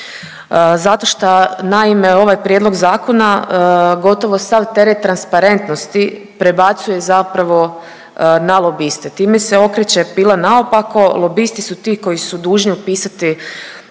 Zato šta naime ovaj prijedlog zakona gotovo sav teret transparentnosti prebacuje zapravo na lobiste. Time se okreće pila naopako, lobisti su ti koji su dužni upisati